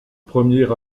premier